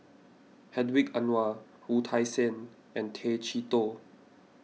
Hedwig Anuar Wu Tsai Yen and Tay Chee Toh